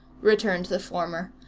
returned the former.